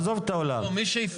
לא הוכחה, אישור.